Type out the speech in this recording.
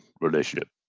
relationship